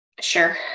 Sure